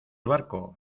barco